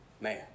man